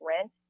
rent